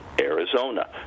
Arizona